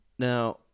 Now